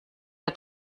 der